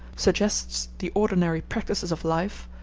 suggests the ordinary practices of life,